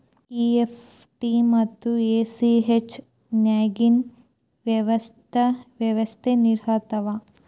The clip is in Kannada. ಇ.ಎಫ್.ಟಿ ಮತ್ತ ಎ.ಸಿ.ಹೆಚ್ ನ್ಯಾಗಿನ್ ವ್ಯೆತ್ಯಾಸೆನಿರ್ತಾವ?